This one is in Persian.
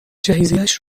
جهیزیهش